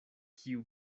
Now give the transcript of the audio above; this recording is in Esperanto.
kiu